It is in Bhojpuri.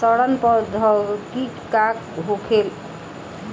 सड़न प्रधौगकी का होखे?